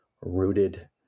rooted